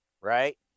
right